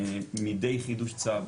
מדי חידוש צו,